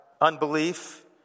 unbelief